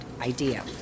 idea